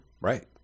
Right